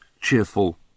cheerful